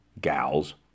gals